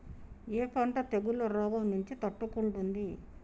ఏ పంట తెగుళ్ల రోగం నుంచి తట్టుకుంటుంది?